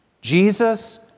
Jesus